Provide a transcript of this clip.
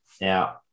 Now